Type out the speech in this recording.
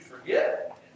forget